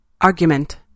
Argument